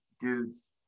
dudes